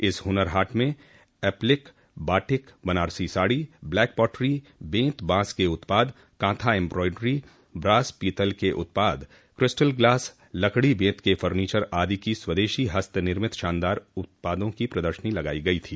इस हुनर हॉट में applique batik Banarasi sari black pottery बेंत बांस के उत्पाद कांथा एम्ब्रोइडरी ब्रास पीतल के उत्पाद किस्टल ग्लास लकड़ी बेंत के फर्नीचर आदि की स्वदेशी हस्तनिर्मित शानदार उत्पादों की प्रदर्शनी लगाई गई थी